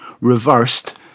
reversed